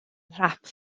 nhrap